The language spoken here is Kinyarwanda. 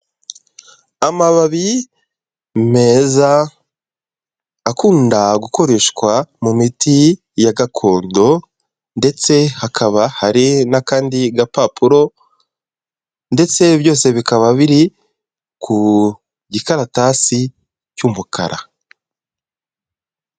Amababi meza akunda gukoreshwa mu miti ya gakondo ndetse hakaba hari n'akandi gapapuro, ndetse byose bikaba biri ku gikaratasi cy'umukara.